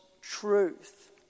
truth